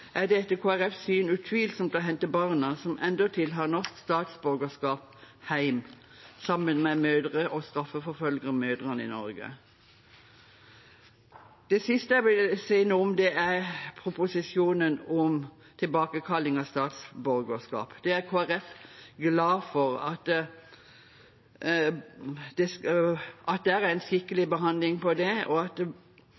er det etter Kristelig Folkepartis syn utvilsomt det etisk riktige å hente barna, som endatil har norsk statsborgerskap, hjem, sammen med mødrene, og straffeforfølge mødrene i Norge. Det siste jeg vil si noe om, er proposisjonen om tilbakekalling av statsborgerskap. Der er Kristelig Folkeparti glad for at det er en skikkelig